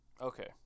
Okay